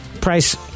price